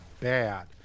bad